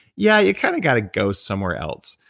yeah, you've kind of got to go somewhere else.